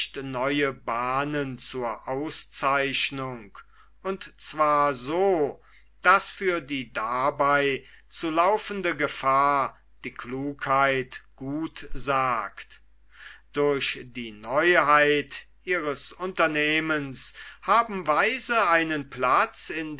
neue bahnen zur auszeichnung und zwar so daß für die dabei zu laufende gefahr die klugheit gutsagt durch die neuheit ihres unternehmens haben weise einen platz in